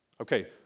Okay